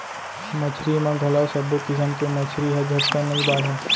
मछरी म घलौ सब्बो किसम के मछरी ह झटकन नइ बाढ़य